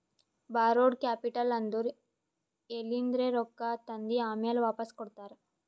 ಬಾರೋಡ್ capital ಅಂದುರ್ ಎಲಿಂದ್ರೆ ರೊಕ್ಕಾ ತಂದಿ ಆಮ್ಯಾಲ್ ವಾಪಾಸ್ ಕೊಡ್ತಾರ